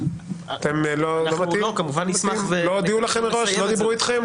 לא דיברו אתכם?